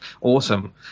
awesome